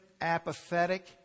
apathetic